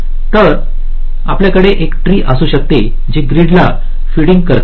तर आपल्याकडे एक ट्री असू शकते जे ग्रीड ला फीडिंग करते